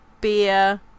beer